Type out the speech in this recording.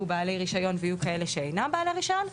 בעלי רישיון ויהיו כאלה שאינם בעלי רישיון,